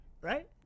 Right